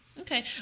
Okay